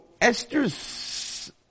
Esther's